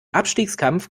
abstiegskampf